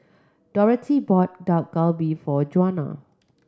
Dorothea bought Dak Galbi for Djuana